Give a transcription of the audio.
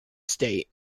state